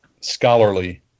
Scholarly